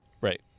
right